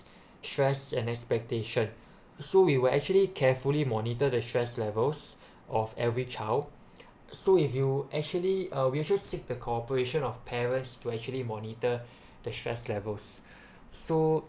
stress and expectation so we were actually carefully monitor the stress levels of every child so if you actually uh we actually seek the cooperation of parents to actually monitor the stress levels so